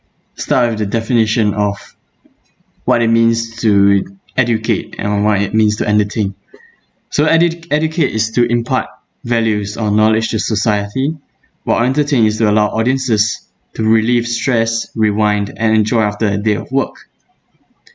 start with the definition of what it means to educate and what it means to entertain so edu~ educate is to impart values or knowledge to society while entertain is to allow audiences to relieve stress rewind and enjoy after a day of work